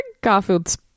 Garfield's